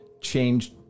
changed